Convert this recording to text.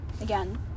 Again